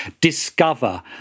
discover